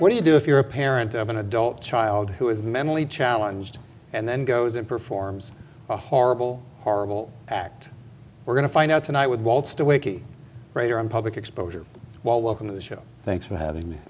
what do you do if you're a parent of an adult child who is mentally challenged and then goes and performs a horrible horrible act we're going to find out tonight with the wakey prayer in public exposure well welcome to the show thanks for having